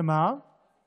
שהזיכרון שלך לא יהיה קצר.